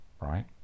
Right